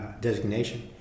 designation